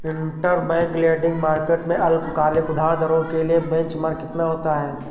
Interbank lending market में अल्पकालिक उधार दरों के लिए बेंचमार्क कितना होता है?